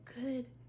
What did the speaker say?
good